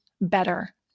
better